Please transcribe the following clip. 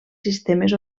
sistemes